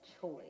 choice